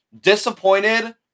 Disappointed